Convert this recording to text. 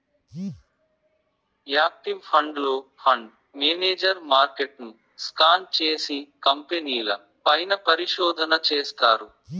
active ఫండ్లో, fund manager మార్కెట్ను scan చేసి, కంపెనీల పైన పరిశోధన చేస్తారు